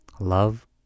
Love